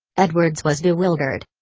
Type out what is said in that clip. edwards was bewildered.